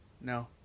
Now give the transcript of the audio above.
No